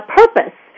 purpose